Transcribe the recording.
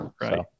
right